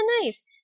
nice